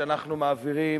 שאנחנו מעבירים,